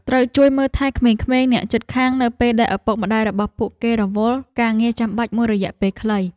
ត្រូវជួយមើលថែក្មេងៗអ្នកជិតខាងនៅពេលដែលឪពុកម្តាយរបស់ពួកគេរវល់ការងារចាំបាច់មួយរយៈពេលខ្លី។